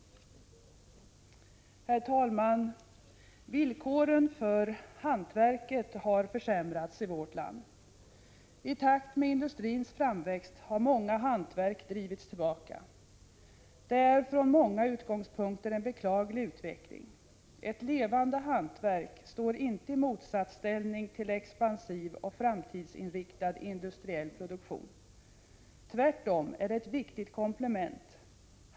Herr talman! Villkoren för hantverket har försämrats i vårt land. I takt med industrins framväxt har många hantverk drivits tillbaka. Det är från många utgångspunkter en beklaglig utveckling. Ett levande hantverk står inte i motsatsställning till expansiv och framtidsinriktad industriell produktion. Tvärtom är det ett viktigt komplement.